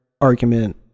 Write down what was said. argument